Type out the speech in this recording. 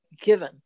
given